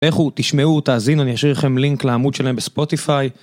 לכו, תשמעו, תאזינו, אני אשאיר לכם לינק לעמוד שלהם בספוטיפאי.